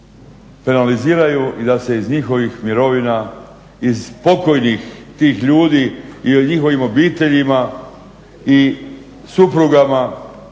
penaliziraju i da se iz njihovih mirovina, iz pokojnih tih ljudi i njihovim obiteljima i suprugama